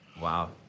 Wow